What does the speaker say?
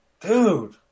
Dude